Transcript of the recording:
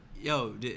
Yo